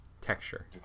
texture